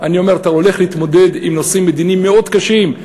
אתה הולך להתמודד עם נושאים מדיניים מאוד קשים.